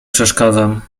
przeszkadzam